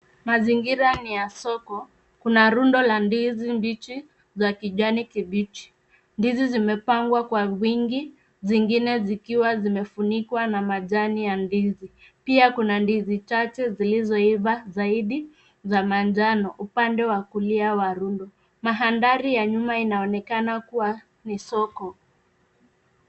Mazingira ni ya soko. Kuna rundo la ndizi mbichi ya kijani kibichi. ndizi zimepangwa kwa wingi zingine zikiwa zimefunikwa na majani ya ndizi. Pia kuna ndizi chache zilizoiva zaidi za manjano upande wa kulia wa rundo. Mandhari ya nyuma inaonekana kuwa ni soko.